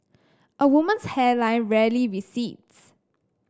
a woman's hairline rarely recedes